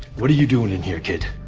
what are you doing in here kid?